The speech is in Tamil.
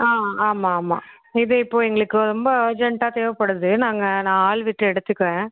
ஆ ஆமாம் ஆமாம் இது இப்போ எங்களுக்கு ரொம்ப அர்ஜெண்ட்டாக தேவைப்படுது நாங்கள் நான் ஆள் விட்டு எடுத்துக்குறேன்